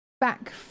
back